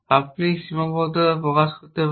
আপনি সীমাবদ্ধতা প্রকাশ করতে পারেন